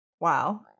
wow